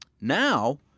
Now